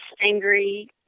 angry